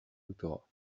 doctorat